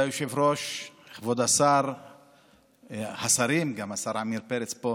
כבוד היושב-ראש, כבוד השרים, גם השר עמיר פרץ פה,